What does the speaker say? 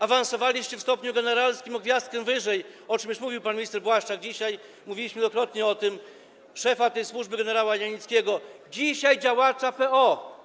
Awansowaliście w stopniu generalskim o gwiazdkę wyżej, o czym już mówił dzisiaj pan minister Błaszczak, mówiliśmy wielokrotnie o tym, szefa tej służby gen. Zielińskiego, dzisiaj działacza PO.